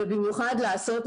ובמיוחד לעשות,